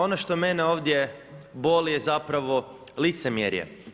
Ono što mene ovdje boli je zapravo licemjerje.